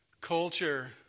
culture